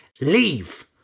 Leave